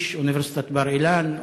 איש אוניברסיטת בר-אילן,